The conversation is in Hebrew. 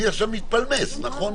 אני עכשיו מתפלמס, נכון?